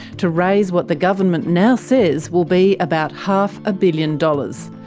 to raise what the government now says will be about half a billion dollars,